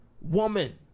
woman